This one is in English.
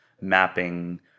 mapping